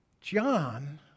John